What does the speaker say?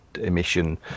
emission